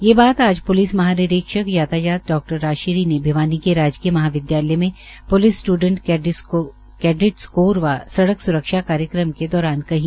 यह बात आज प्लिस महानिरीक्षक यातायात डा राजश्री ने भिवानी के राजकीय महाविद्यालय में प्लिस स्टूडेंट कैडेट्स कोर व सडक़ स्रक्षा कार्यक्रम के दौरान कही